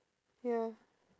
ya